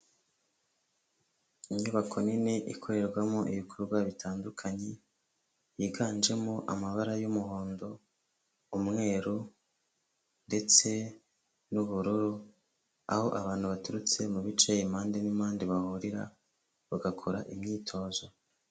Inyubako nini ikorerwamo, ibikorwa bitandukanye yiganjemo amabara y'umuhondo, umweru ndetse n'ubururu aho abantu baturutse mu bice impande n'impande bahurira bagakora imyitozo.